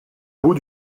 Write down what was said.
bout